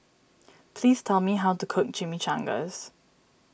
please tell me how to cook Chimichangas